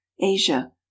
Asia